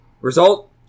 Result